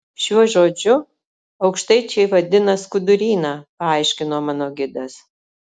šiuo žodžiu aukštaičiai vadina skuduryną paaiškino mano gidas